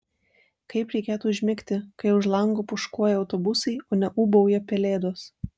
kaip reikėtų užmigti kai už lango pūškuoja autobusai o ne ūbauja pelėdos